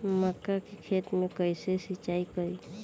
मका के खेत मे कैसे सिचाई करी?